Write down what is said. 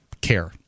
care